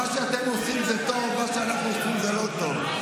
מה שאתם עושים זה טוב, מה שאנחנו עושים זה לא טוב.